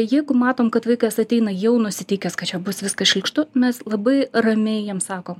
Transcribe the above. jeigu matom kad vaikas ateina jau nusiteikęs kad čia bus viskas šlykštu mes labai ramiai jiem sakom